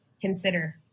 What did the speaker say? Consider